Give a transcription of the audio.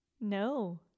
No